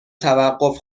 توقف